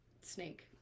snake